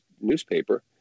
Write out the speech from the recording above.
newspaper